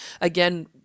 Again